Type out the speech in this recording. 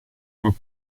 peut